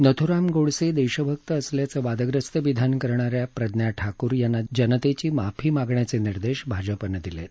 नथ्राम गोडसे देशभक्त असल्याचं वादग्रस्त विधान करणा या प्रजा ठाकूर यांना जनतेची माफी मागण्याचे निर्देश भाजपानं दिले आहेत